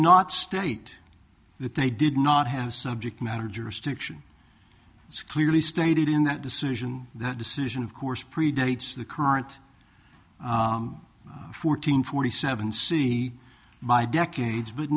not state that they did not have subject matter jurisdiction it's clearly stated in that decision that decision of course predates the current fourteen forty seven c by decades but